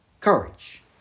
courage